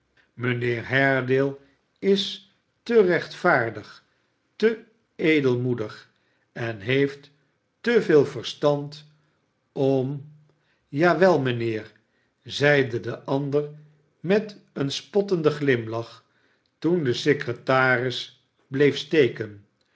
mijnheer haredale is te rechtvaardig te edelmoedig en heeft te veel verstand om ja wel mijnheer zeide de ander met een spottenden glimlach toen de secretaris bleef